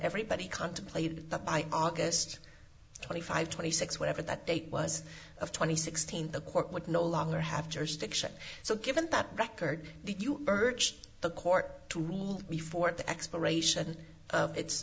everybody contemplated that by august twenty five twenty six whatever that date was of twenty sixteen the court would no longer have jurisdiction so given that record the birch the court to rule before the expiration of